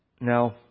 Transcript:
Now